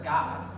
God